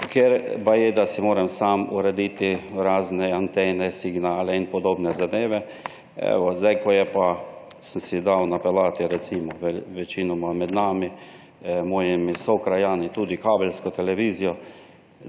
ker baje, da si moram sam urediti razne antene, signale in podobne zadeve. Evo, zdaj, ko pa sem si dal napeljati, recimo, večinoma med nami, mojimi sokrajani tudi kabelsko televizijo,